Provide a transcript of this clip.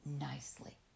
nicely